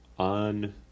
on